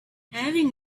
having